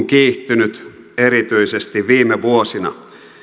kiihtynyt erityisesti viime vuosina